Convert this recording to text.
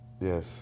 Yes